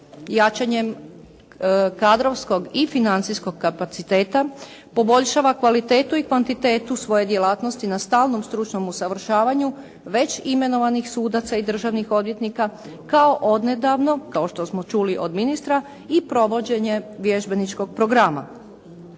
jačanjem kadrovskog i financijskog kapaciteta, poboljšava kvalitetu i kvantitetu svoje djelatnosti na stalnom stručnom usavršavanju već imenovanih sudaca i državnih odvjetnika, kao odnedavno, kao što smo čuli od ministra i provođenje vježbeničkog programa.